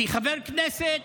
כי חבר כנסת